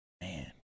Man